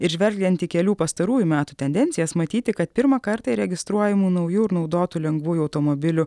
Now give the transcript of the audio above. ir žvelgiant į kelių pastarųjų metų tendencijas matyti kad pirmą kartą įregistruojamų naujų ir naudotų lengvųjų automobilių